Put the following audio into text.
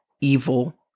evil